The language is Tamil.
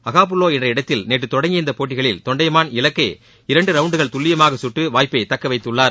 அகாபுல்கோ என்னும் இடத்தில் நேற்று தொடங்கிய இந்தப் போட்டிகளில் தொண்டைமான் இலக்கை இரண்டு ரவுண்டுகள் துல்லியமான சுட்டு வாய்ப்பை தக்க வைத்துள்ளார்